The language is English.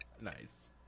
Nice